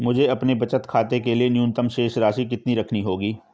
मुझे अपने बचत खाते के लिए न्यूनतम शेष राशि कितनी रखनी होगी?